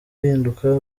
uhinduka